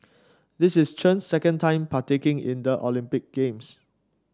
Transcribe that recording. this is Chen's second time partaking in the Olympic Games